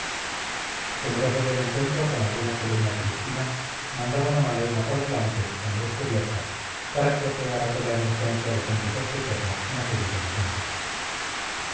temerosos del encuentro con alguna columna cristina mandaban a malaena por delante a la descubierta para que ojeara toda emergencia de gente sospechosa en aquellos horizontes